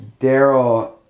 Daryl